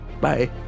Bye